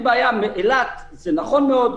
אילת זה נכון מאוד,